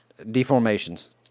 Deformations